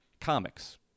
comics